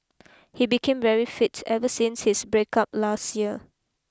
he became very fit ever since his break up last year